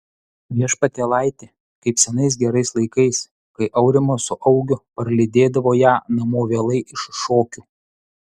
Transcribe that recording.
viešpatėlaiti kaip senais gerais laikais kai aurimas su augiu parlydėdavo ją namo vėlai iš šokių